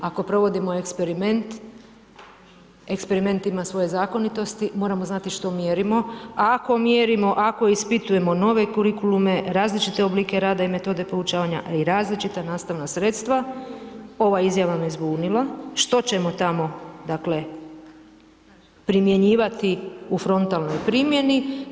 Ako provodimo eksperiment, eksperiment ima svoje zakonitosti, moramo znati što mjerimo a ako mjerimo, ako ispitujemo nove kurikulume, različite oblike rada i metode poučavanja a i različita nastavna sredstva, ova izjava me zbunila, što ćemo tamo dakle primjenjivati u frontalnoj primjeni.